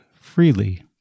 freely